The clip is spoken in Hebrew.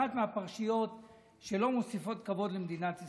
זו אחת הפרשיות שלא מוסיפות כבוד למדינת ישראל.